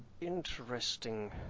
interesting